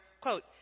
quote